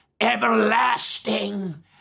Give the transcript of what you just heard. everlasting